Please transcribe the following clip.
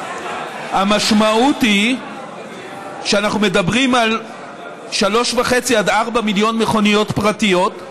המשמעות היא שאנחנו מדברים על 3.5 4 מיליון מכוניות פרטיות,